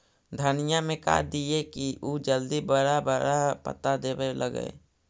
धनिया में का दियै कि उ जल्दी बड़ा बड़ा पता देवे लगै?